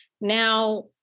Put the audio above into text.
Now